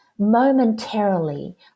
momentarily